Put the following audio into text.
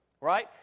right